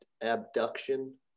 abduction